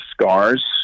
scars